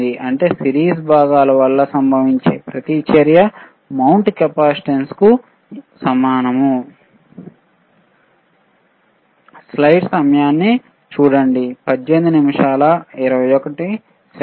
అంటే సిరీస్ భాగాలు వల్ల సంభవించే ప్రతిచర్యమౌంటు కెపాసిటర్కు సమానం గా ఉంటుంది